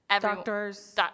Doctors